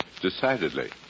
Decidedly